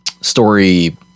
story